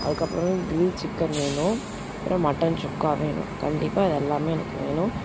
அதுக்கப்புறம் grill chicken வேணும் அப்புறம் மட்டன் சுக்கா வேணும் கண்டிப்பாக இது எல்லாம் எனக்கு வேணும்